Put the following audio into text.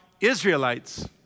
Israelites